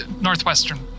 Northwestern